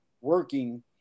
working